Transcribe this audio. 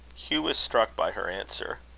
hugh was struck by her answer.